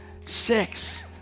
six